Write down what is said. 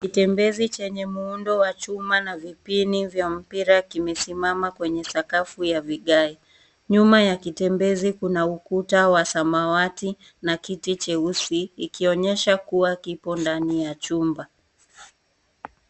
Kitembezi chenye muundo wa chuma na vipini vya mpira kimesimama kwenye sakafu ya vigae. Nyuma ya kitembezi kuna ukuta wa samawati na kiti cheusi, ikionyesha kuwa kipo ndani ya chumba.